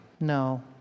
No